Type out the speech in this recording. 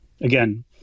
Again